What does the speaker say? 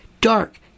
dark